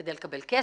כדי לקבל כסף,